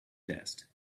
test